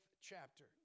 chapter